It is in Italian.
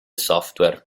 software